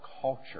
culture